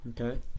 Okay